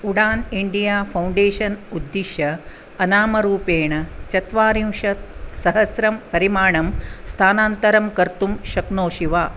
Udaan India foundation उद्दिश्य अनामरूपेण चत्वारिंशत् सहस्रं परिमाणं स्थानान्तरं कर्तुं शक्नोषि वा